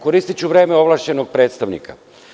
Koristiću vreme ovlašćenog predstavnika.